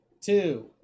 two